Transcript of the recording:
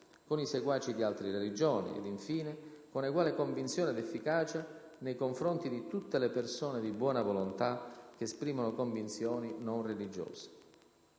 con i seguaci di altre religioni, ed infine, con eguale convinzione ed efficacia, nei confronti di tutte le «persone di buona volontà» che esprimono convinzioni non religiose.